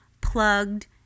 plugged